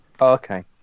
Okay